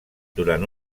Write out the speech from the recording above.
durant